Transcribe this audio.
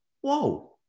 whoa